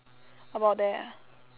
about there ah